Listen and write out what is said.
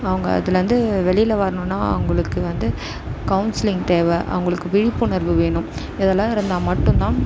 அவங்க அதுலேருந்து வெளியில வரணும்னா அவங்களுக்கு வந்து கவுன்ஸ்லிங் தேவை அவங்களுக்கு விழிப்புணர்வு வேணும் இதெல்லாம் இருந்தால் மட்டுந்தான்